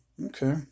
Okay